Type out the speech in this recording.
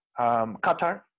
Qatar